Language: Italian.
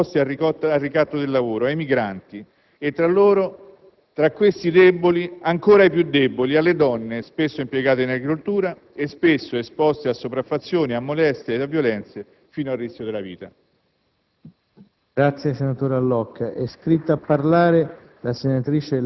Dobbiamo questo sforzo soprattutto ai più deboli, ai più esposti al ricatto del lavoro, ai migranti, e tra loro ai più deboli ancora, alle donne spesso impiegate in agricoltura e spesso esposte a sopraffazioni, molestie, violenze fino al rischio della vita.